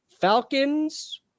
Falcons